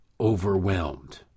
overwhelmed